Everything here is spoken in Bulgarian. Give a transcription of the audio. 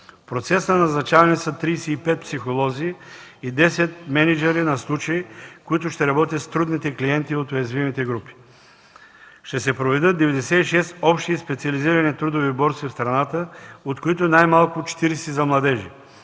процес на назначаване са 35 психолози и 10 мениджъри на случаи, които ще работят с трудните клиенти от уязвимите групи. Ще се проведат 96 общи и специализирани трудови борси в страната, от които най-малко 40 за младежи.